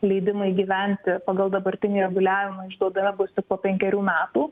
leidimai gyventi pagal dabartinį reguliavimą išduodami bus tik po penkerių metų